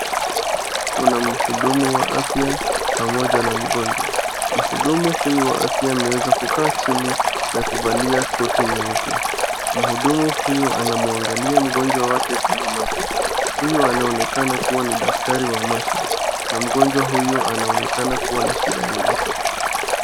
Kuna mhudumu wa afya pamoja na mgonjwa. Mhudumu huyu wa afya ameweza kukaa chini na kuvalia koti nyeupe. Mhudumu huyu anamuangalia mgonjwa wake kwenye macho. Huyu anaonekana kuwa ni daktari wa macho, na mgonjwa huyu anaonekana kuwa na shida ya macho.